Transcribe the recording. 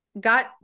got